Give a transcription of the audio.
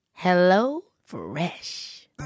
HelloFresh